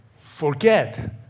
forget